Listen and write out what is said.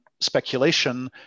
speculation